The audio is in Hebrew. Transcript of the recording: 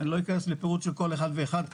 אני לא אכנס לפירוט של כל אחד ואחד.